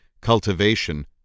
cultivation